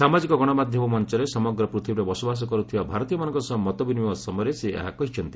ସାମାଜିକ ଗଣମାଧ୍ୟମ ମଞ୍ଚରେ ସମଗ୍ର ପୃଥିବୀରେ ବସବାସ କରୁଥିବା ଭାରତୀୟମାନଙ୍କ ସହ ମତବିନିମୟ ସମୟରେ ସେ ଏହା କହିଛନ୍ତି